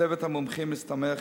צוות המומחים הסתמך,